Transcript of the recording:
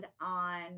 on